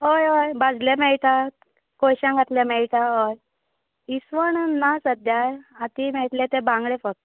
हय हय भाज्लें मेळटात कोळश्यान घातलें मेळटा इस्वण ना सध्या आती मेळटले तें बांगडे फक्त